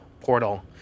portal